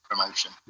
promotion